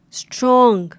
strong